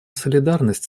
солидарность